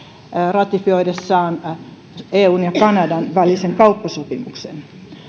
ratifioidessaan eun ja kanadan välisen kauppasopimuksen